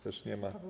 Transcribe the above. Też nie ma?